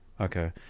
okay